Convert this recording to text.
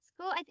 school